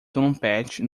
trompete